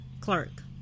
clerk